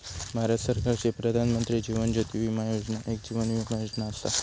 भारत सरकारची प्रधानमंत्री जीवन ज्योती विमा योजना एक जीवन विमा योजना असा